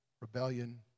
rebellion